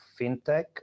fintech